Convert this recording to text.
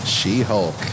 She-Hulk